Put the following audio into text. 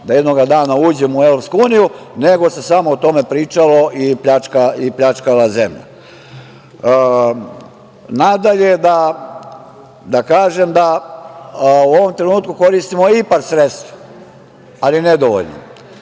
da jednoga dana uđemo u EU, nego se samo o tome pričalo i pljačkala zemlja. Nadalje, da kažem da u ovom trenutku koristimo IPARD sredstva, ali nedovoljno.